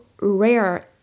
rare